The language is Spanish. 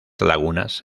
lagunas